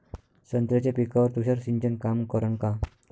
संत्र्याच्या पिकावर तुषार सिंचन काम करन का?